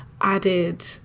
added